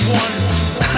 one